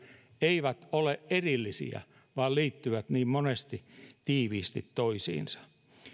eivät ole erillisiä vaan liittyvät niin monesti tiiviisti toisiinsa